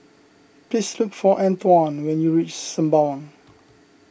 please look for Antwon when you reach Sembawang